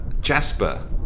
Jasper